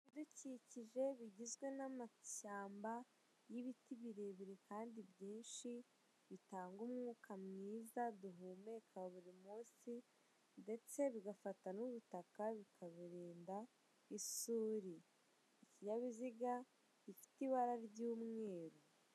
Ibidukikije bigizwe n'amashyamba n'ibiti birebire kandi byinshi, bitanga umwuka mwiza duhumeka buri munsi, ndetse bigafata n'ubutaka bikaburinda isuri. Ikinyabiziga gifite ibara ry'umweru.